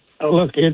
look